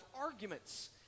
arguments